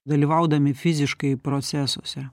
dalyvaudami fiziškai procesuose